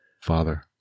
Father